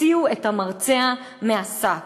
הוציאו את המרצע מהשק.